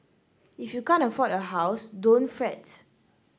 if you can't afford a house don't fret